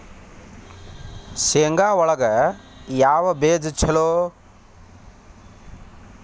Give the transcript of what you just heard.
ಶೇಂಗಾ ಒಳಗ ಯಾವ ಬೇಜ ಛಲೋ?